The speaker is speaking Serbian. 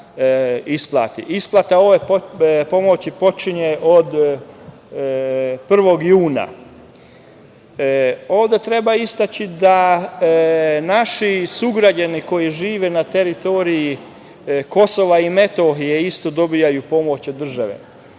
Isplata ove pomoći počinje od 1. juna. Treba istaći da naši sugrađani koji žive na teritorije KiM isto dobijaju pomoć od države.